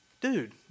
dude